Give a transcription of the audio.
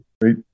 great